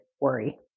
worry